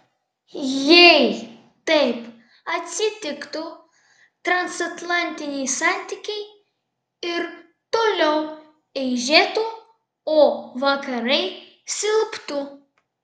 jei taip atsitiktų transatlantiniai santykiai ir toliau eižėtų o vakarai silptų